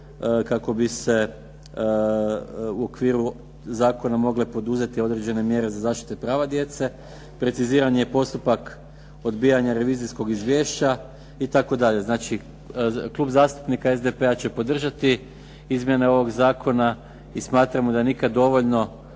kako bi se u okviru Zakona mogle poduzeti određene mjere za zaštitu prava djece. Preciziran je postupak odbijanja revizijskog izvješća itd. Znači Klub zastupnika SDP-a će podržati izmjene ovog Zakona i smatramo da nikada dovoljno